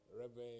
Reverend